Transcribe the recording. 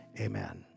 amen